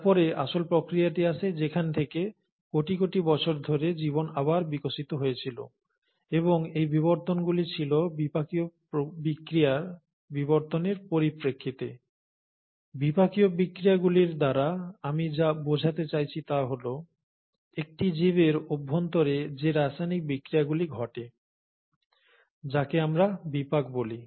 তারপরে আসল প্রক্রিয়াটি আসে যেখানে থেকে কোটি কোটি বছর ধরে জীবন আবার বিকশিত হয়েছিল এবং এই বিবর্তনগুলি ছিল বিপাকীয় বিক্রিয়ায় বিবর্তনের পরিপ্রেক্ষিতে বিপাকীয় বিক্রিয়ায়গুলির দ্বারা আমি যা বোঝাতে চাইছি তা হল একটি জীবের অভ্যন্তরে যে রাসায়নিক বিক্রিয়াগুলি ঘটে যাকে আমরা বিপাক বলি